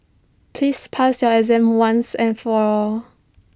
please pass your exam once and for all